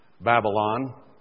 Babylon